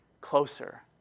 closer